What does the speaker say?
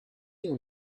your